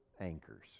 anchors